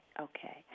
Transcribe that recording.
Okay